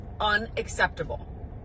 unacceptable